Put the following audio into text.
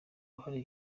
uruhare